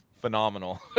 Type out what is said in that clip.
Phenomenal